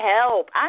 help